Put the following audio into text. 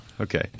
okay